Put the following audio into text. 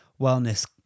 wellness